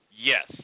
Yes